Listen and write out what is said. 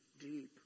deep